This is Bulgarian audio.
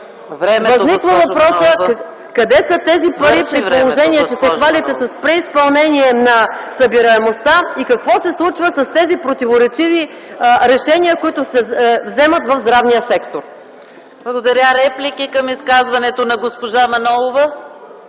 Възниква въпросът: къде са тези пари, при положение че се хвалите с преизпълнение на събираемостта и какво се случва с тези противоречиви решения, които се вземат в здравния сектор? ПРЕДСЕДАТЕЛ ЕКАТЕРИНА МИХАЙЛОВА: Благодаря. Реплики към изказването на госпожа Манолова?